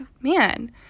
man